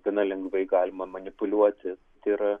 gana lengvai galima manipuliuoti tai yra